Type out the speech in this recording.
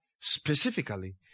specifically